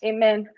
Amen